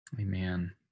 Amen